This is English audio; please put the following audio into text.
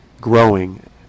growing